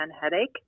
headache